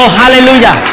hallelujah